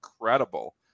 incredible